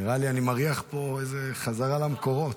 נראה לי שאני מריח פה חזרה למקורות.